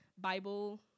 Bible